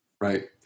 right